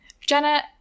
Jenna